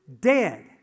Dead